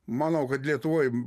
manau kad lietuvoj